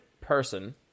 person